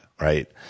right